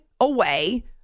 away